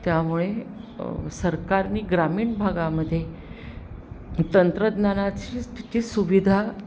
त्यामुळे सरकाराने ग्रामीण भागामध्ये तंत्रज्ञानाची स्थिती सुविधा